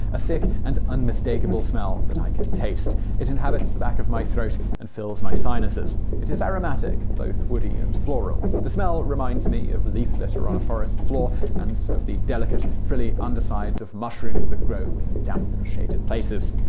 a thick and unmistakable smell that i can taste. it inhabits the back of my throat and fills my sinuses. it is aromatic both woody and floral the smell reminds me of leaf litter on a forest floor and of the delicate, frilly undersides of mushrooms that grow in damp and shaded places.